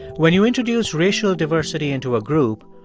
when you introduce racial diversity into a group,